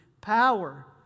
power